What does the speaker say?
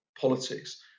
politics